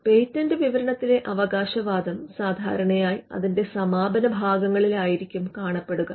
patent വിവരണത്തിലെ അവകാശവാദം സാധാരണയായി അതിന്റെ സമാപന ഭാഗങ്ങളിൽ ആയിരിക്കും കാണപ്പെടുക